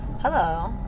Hello